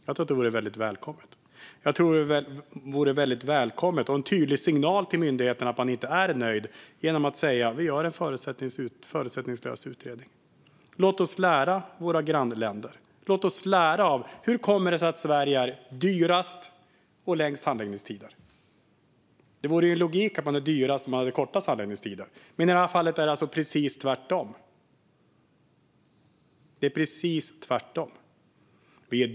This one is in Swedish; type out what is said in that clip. Jag tror att det vore väldigt välkommet och en tydlig signal till myndigheten om att man inte är nöjd om man sa: Vi gör en förutsättningslös utredning. Låt oss lära av våra grannländer! Hur kommer det sig att Sverige är dyrast och har längst handläggningstider? Det vore logiskt att man var dyrast om man hade kortast handläggningstider. Men i det här fallet är det alltså precis tvärtom.